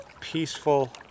peaceful